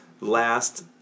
last